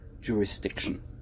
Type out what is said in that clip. jurisdiction